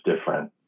different